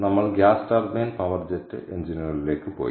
നമ്മൾ gas turbine power jet എഞ്ചിനുകളിലേക്ക് പോയി